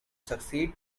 succeed